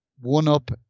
one-up